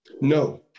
No